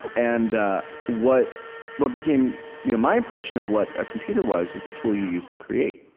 and ah what what became you know my impression of what a computer was was a tool you use to create